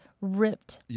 ripped